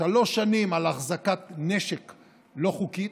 שלוש שנים על החזקת נשק לא חוקית,